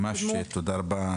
ממש תודה רבה.